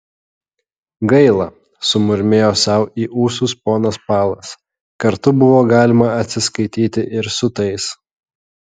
gaila sumurmėjo sau į ūsus ponas palas kartu buvo galima atsiskaityti ir su tais